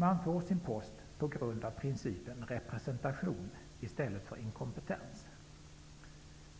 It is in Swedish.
Man får sin post på grund av prinicipen representation i stället för kompetens.''